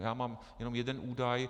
Já mám jenom jeden údaj.